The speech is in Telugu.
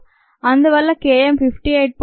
అందువల్ల k m 58